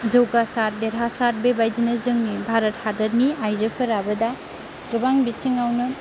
जौगासार देरहासार बेबायदिनो जोंनि भारत हादोरनि आइजोफोराबो दा गोबां बिथिङावनो